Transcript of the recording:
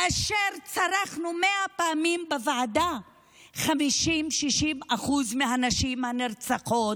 וצרחנו מאה פעמים בוועדה ש-50% 60% מהנשים הנרצחות,